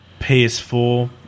PS4